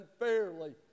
unfairly